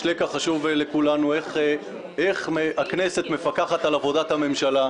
יש לקח חשוב לכולנו איך הכנסת מפקחת על עבודת הממשלה,